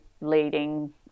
leading